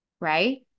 Right